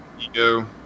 ego